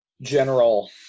general